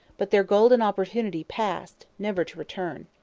but their golden opportunity passed, never to return.